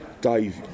Dave